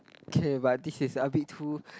okay but this is a bit too